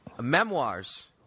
Memoirs